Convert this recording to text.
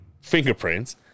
fingerprints